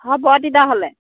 হ'ব তেতিয়াহ'লে